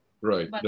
right